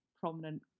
prominent